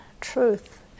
truth